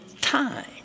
time